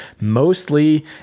mostly